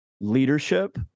leadership